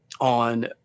on